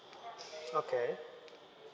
okay